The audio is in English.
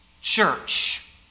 church